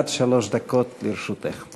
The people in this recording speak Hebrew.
עד שלוש דקות לרשותך.